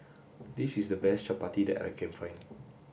this is the best Chapati that I can find